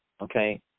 okay